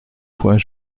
point